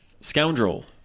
Scoundrel